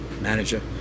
manager